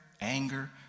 anger